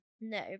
No